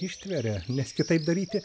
ištveria nes kitaip daryti